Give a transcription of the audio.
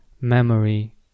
memory